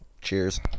Cheers